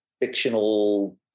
fictional